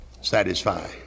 satisfy